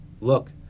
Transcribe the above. Look